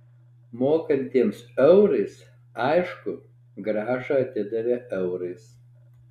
mokantiems eurais aišku grąžą atidavė eurais